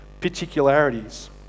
particularities